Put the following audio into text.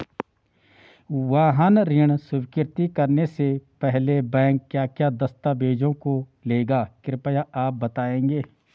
वाहन ऋण स्वीकृति करने से पहले बैंक क्या क्या दस्तावेज़ों को लेगा कृपया आप बताएँगे?